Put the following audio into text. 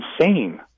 insane